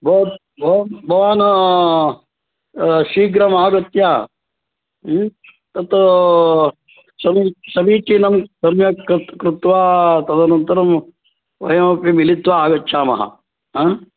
बव् बव भवान् शीघ्रमागत्य तत् समी समीचीनं सम्यक् कृत्वा तदनन्तरं वयमपि मिलित्वा आगच्छामः हा